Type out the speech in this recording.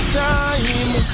time